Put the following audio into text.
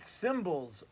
symbols